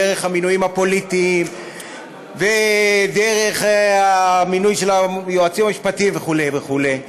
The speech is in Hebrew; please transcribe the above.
דרך המינויים הפוליטיים ודרך המינוי של היועצים המשפטיים וכו' וכו'.